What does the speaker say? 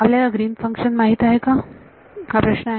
मला Green's function Function माहित आहे का हा प्रश्न आहे